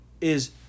Is-